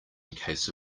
case